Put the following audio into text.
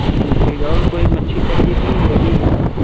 ठीक ठीक और कोई मच्छी चाहिए कि यही एक बस